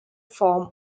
form